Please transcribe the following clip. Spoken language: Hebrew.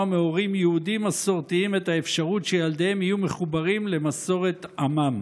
מהורים יהודים מסורתיים את האפשרות שילדיהם יהיו מחוברים למסורת עמם.